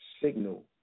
signal